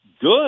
Good